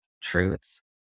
truths